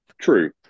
true